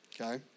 okay